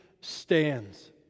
stands